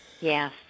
Yes